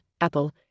Apple